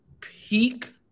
peak